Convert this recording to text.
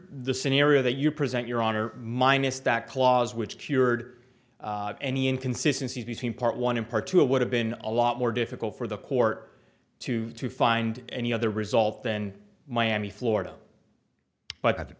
the scenario that you present your honor minus that clause which cured any inconsistency between part one in part two it would have been a lot more difficult for the court to to find any other result than miami florida but